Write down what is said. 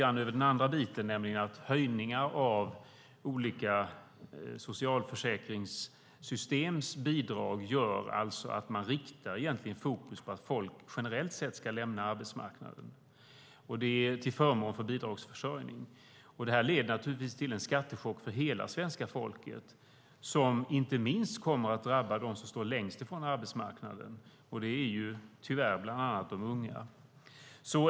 Genom höjningar av olika socialförsäkringssystems bidrag riktar man fokus på att folk generellt sett ska lämna arbetsmarknaden till förmån för bidragsförsörjning. Det leder naturligtvis till en skattechock för hela svenska folket. Inte minst kommer det att drabba dem som står längst ifrån arbetsmarknaden, och det är tyvärr bland annat de unga.